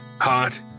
hot